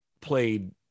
played